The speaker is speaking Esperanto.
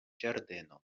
ĝardenon